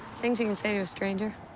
things you can say to a stranger.